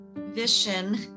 Vision